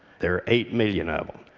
there are eight million of them.